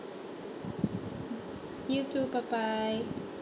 you too bye bye